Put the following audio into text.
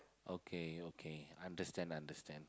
okay okay understand understand